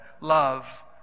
love